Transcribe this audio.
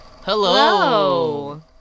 hello